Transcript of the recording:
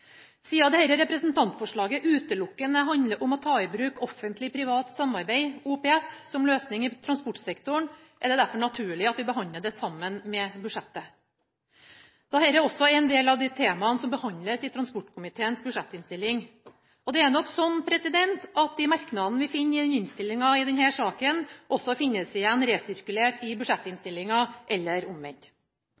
2012–2013. Siden dette representantforslaget utelukkende handler om å ta i bruk offentlig–privat samarbeid, OPS, som løsning i transportsektoren, er det derfor naturlig at vi behandler det sammen med budsjettet, da dette også er en del av de temaene som behandles i transportkomiteens budsjettinnstilling. Det er nok slik at de merknadene vi finner i innstillinga i denne saken, også finnes igjen resirkulert i